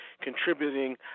contributing